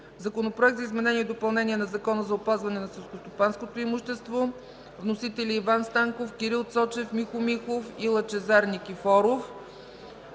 Законопроект за изменение и допълнение на Закона за опазване на селскостопанското имущество. Вносители – Иван Станков, Кирил Цочев, Михо Михов и Лъчезар Никифоров.